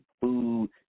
food